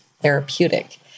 therapeutic